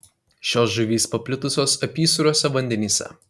šios žuvys paplitusios apysūriuose vandenyse